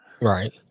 Right